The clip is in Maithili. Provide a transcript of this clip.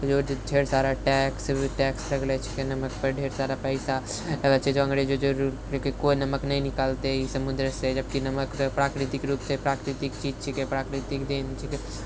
ढ़ेर सारा टैक्स लगले छिके नमक पर ढ़ेर सारा पैसा लगेले छै जे अङ्गरेजरे कोइ नमक नहि निकालते ई समुद्रसँ जबकि नमक तऽ प्राकृतिक रुपसँ प्राकृतिक चीज छिके प्राकृतिक देन छिके